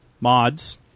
mods